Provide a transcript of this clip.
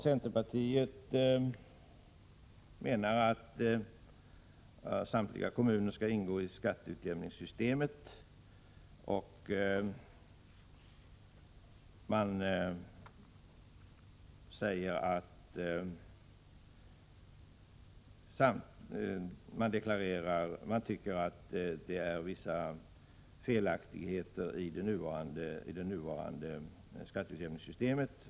Centerpartiet anser att samtliga kommuner skall ingå i skatteutjämningssystemet och säger att det är vissa felaktigheter i det nuvarande systemet.